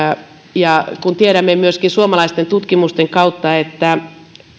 kun tiedämme myöskin suomalaisten tutkimusten kautta että